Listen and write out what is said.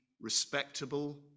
respectable